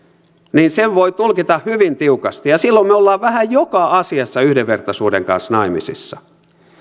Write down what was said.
niin sen voi tulkita hyvin tiukasti ja silloin me olemme vähän joka asiassa yhdenvertaisuuden kanssa naimisissa